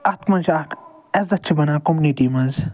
اَتھ منٛز چھِ اَکھ عزت چھِ بنان کوٚمنِٹی منٛز